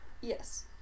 Yes